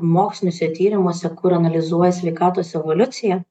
moksliniuose tyrimuose kur analizuoja sveikatos evoliuciją